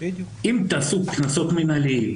אם תעשו קנסות מנהליים,